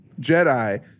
jedi